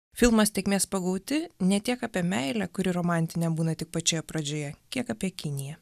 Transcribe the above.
filmas tėkmės pagauti ne tiek apie meilę kuri romantinė būna tik pačioje pradžioje kiek apie kiniją